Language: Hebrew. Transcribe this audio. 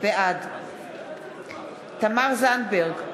בעד תמר זנדברג,